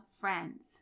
friends